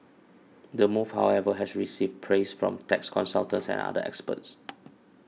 the move however has received praise from tax consultants and other experts